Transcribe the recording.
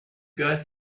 got